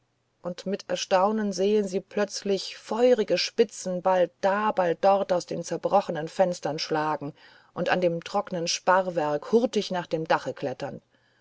und mit erstaunen sehen sie plötzlich feurige spitzen bald da bald dort aus den zerbrochenen fenstern schlagen und an dem trocknen sparrwerk hurtig nach dem dache klettern